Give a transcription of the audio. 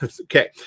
okay